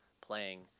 playing